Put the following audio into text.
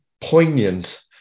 poignant